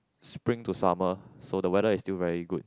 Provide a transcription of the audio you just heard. spring to summer so the weather still very good